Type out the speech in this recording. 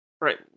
right